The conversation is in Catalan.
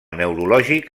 neurològic